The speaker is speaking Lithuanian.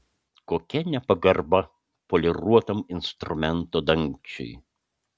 kokia nepagarba poliruotam instrumento dangčiui